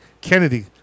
Kennedy